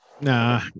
Nah